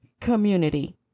community